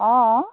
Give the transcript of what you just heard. অঁ